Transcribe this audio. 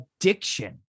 addiction